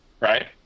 right